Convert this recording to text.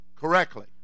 correctly